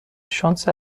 شانس